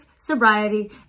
sobriety